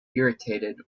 irritated